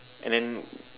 and then